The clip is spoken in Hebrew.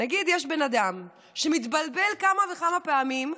נגיד יש בן אדם שמתבלבל כמה וכמה פעמים.